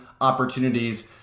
opportunities